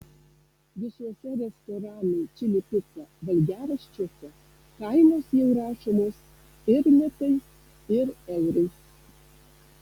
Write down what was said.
visuose restoranų čili pica valgiaraščiuose kainos jau rašomos ir litais ir eurais